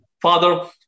father